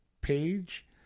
page